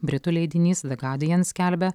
britų leidinys the guardian skelbia